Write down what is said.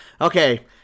Okay